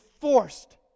forced